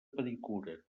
pedicura